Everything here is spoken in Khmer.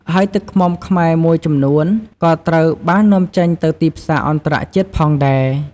ហើយទឹកឃ្មុំខ្មែរមួយចំនួនក៏ត្រូវបាននាំចេញទៅទីផ្សារអន្តរជាតិផងដែរ។